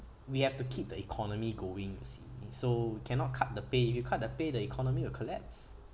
we have to keep the economy going you see so cannot cut the pay if you cut the pay the economy will collapse